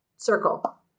circle